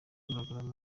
agaragara